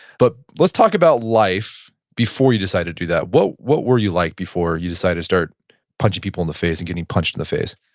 but let's talk about life before you decided to that. what what were you like before you decided to start punching people in the face and getting punched in the face?